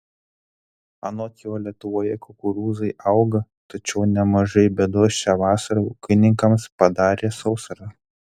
anot jo lietuvoje kukurūzai auga tačiau nemažai bėdos šią vasarą ūkininkams padarė sausra